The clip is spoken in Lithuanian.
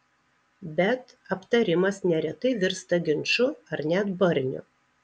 bet aptarimas neretai virsta ginču ar net barniu